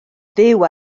fyw